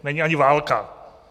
Není ani válka.